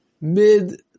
mid